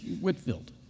Whitfield